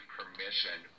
permission